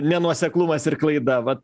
nenuoseklumas ir klaida vat